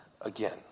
again